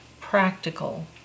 practical